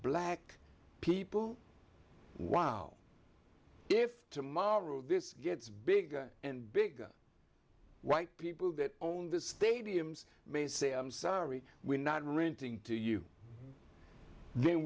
black people wow if tomorrow this gets bigger and bigger white people that own the stadiums may say i'm sorry we're not renting to you